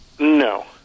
No